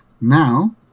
now